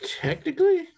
technically